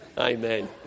Amen